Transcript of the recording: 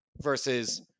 versus